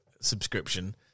subscription